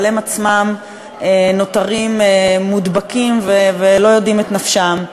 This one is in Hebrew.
אבל הם עצמם נותרים מודבקים ולא יודעים את נפשם.